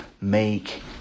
make